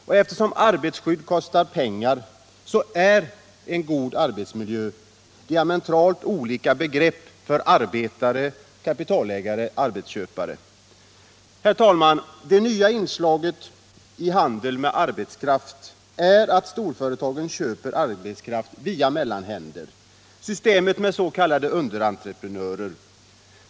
Och eftersom arbetarskydd kostar pengar är ”en god arbetsmiljö” diametralt olika begrepp för arbetare och kapitalägare-arbetsköpare. Herr talman! Det nya inslaget i handeln med arbetskraft är att storföretagen köper arbetskraft via mellanhänder — systemet med s.k. underentreprenörer.